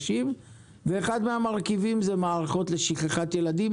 ואחד מן המרכיבים זה מערכות נגד שכחת ילדים